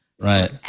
right